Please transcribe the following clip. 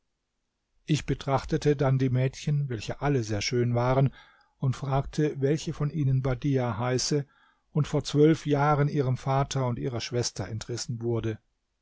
ich betrachtete dann die mädchen welche alle sehr schön waren und fragte welche von ihnen badiah heiße und vor zwölf jahren ihrem vater und ihrer schwester entrissen wurde